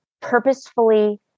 purposefully